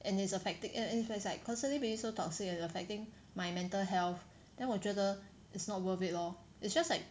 and it's affecting if it's like constantly being so toxic and it's affecting my mental health then 我觉得 it's not worth it lor it's just like